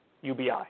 UBI